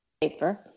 paper